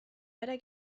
better